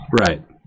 Right